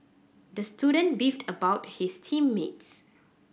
the student beefed about his team mates